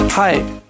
Hi